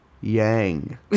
Yang